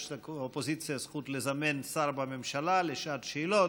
לאופוזיציה זכות לזמן שר בממשלה לשעת שאלות.